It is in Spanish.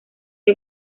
que